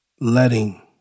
letting